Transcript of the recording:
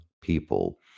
people